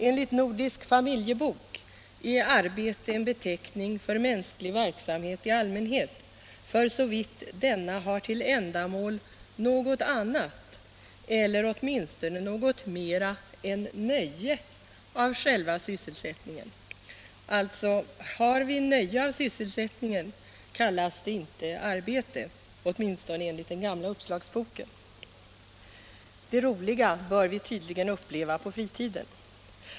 Enligt Nordisk familjebok är arbete en beteckning för mänsklig verksamhet i allmänhet för så vitt denna har till ändamål något annat eller åtminstone något mera än nöje av själva sysselsättningen. Alltså: har vi nöje av sysselsättningen kallas det inte arbete, åtminstone inte enligt den gamla uppslagsboken. Det roliga bör vi tydligen uppleva på fritiden.